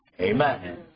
Amen